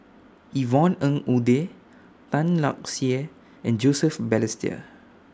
Yvonne Ng Uhde Tan Lark Sye and Joseph Balestier